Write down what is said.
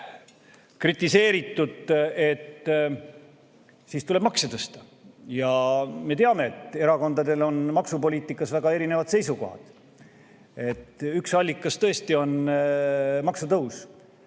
Me teame, et erakondadel on maksupoliitikas väga erinevad seisukohad. Üks allikas tõesti on maksutõus.